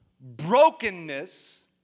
brokenness